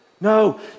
No